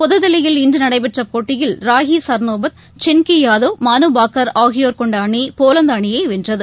புதுதில்லியில் இன்றுநடைபெற்றபோட்டியில் ராகிசர்னோபத் சின்கியாதவ் மனுபாகர் ஆகியோர் கொண்டஅணி போலந்த் அணியைவென்றது